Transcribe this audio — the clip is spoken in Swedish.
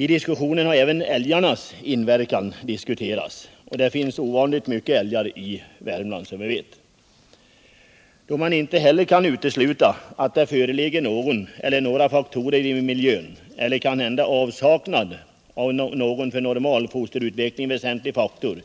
I diskussionen har även älgarnas inverkan behandlats — det finns ovanligt mycket älgar i Värmland. Då man inte kan utesluta att det föreligger någon eller några faktorer i miljön eller kanhända en avsaknad av någon för normal fosterutveckling väsentlig faktor,